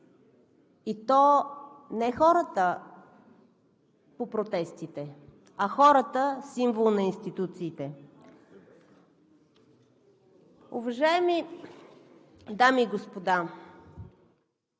и то не хората по протестите, а хората, символ на институциите. Уважаеми дами и господа!